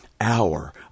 hour